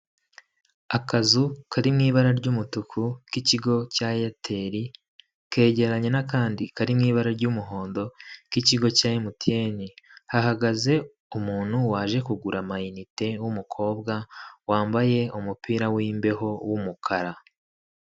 Akazu kari mu ibara ry'umutuku k'ikigo cya eyateri kegeranye n'akandi kari mu ibara ry'umuhondo k'ikigo cya emutiyene, hahagaze umuntu waje kugura amayinite w'umukobwa wambaye umupira w'imbeho w'umukara.